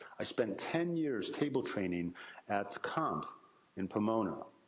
i spent ten years table training at comp in pomona.